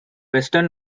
western